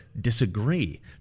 disagree